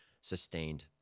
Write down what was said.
sustained